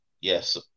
yes